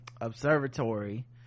observatory